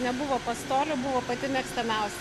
nebuvo pastolių buvo pati mėgstamiausia